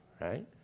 Right